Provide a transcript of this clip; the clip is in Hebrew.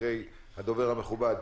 אחרי הדובר המכובד,